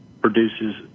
produces